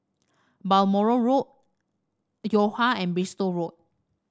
Balmoral Road Yo Ha and Bristol Road